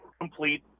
complete